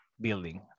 building